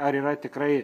ar yra tikrai